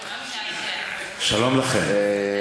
שלום לכם.